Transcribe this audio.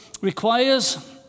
requires